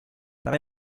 tra